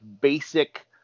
basic